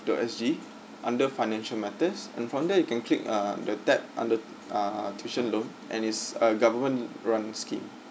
dot S G under financial matters and from there you can click err the tab under uh tuition loan and it's err government run scheme